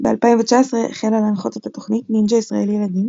ב-2019 החלה להנחות את התוכנית "נינג'ה ישראל ילדים"